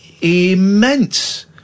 immense